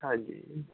ਹਾਂਜੀ